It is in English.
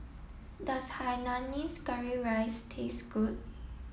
does Hainanese Curry Rice taste good